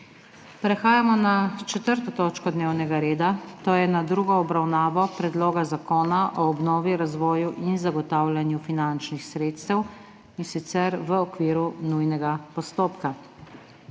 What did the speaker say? prekinjeno 4. točko dnevnega reda, to je z drugo obravnavo Predloga zakona o obnovi, razvoju in zagotavljanju finančnih sredstev v okviru nujnega postopka.**